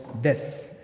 death